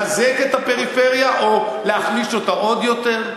לחזק את הפריפריה או להחליש אותה עוד יותר?